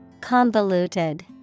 Convoluted